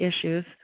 issues